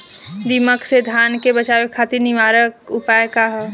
दिमक से धान के बचावे खातिर निवारक उपाय का ह?